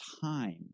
time